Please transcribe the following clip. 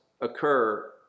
occur